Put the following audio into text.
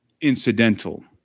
incidental